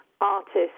artists